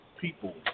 people